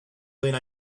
really